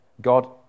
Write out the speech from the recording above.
God